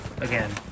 again